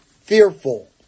fearful